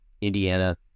Indiana